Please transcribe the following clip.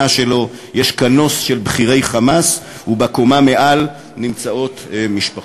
שלו יש כינוס של בכירי "חמאס" ובקומה מעל נמצאות משפחות.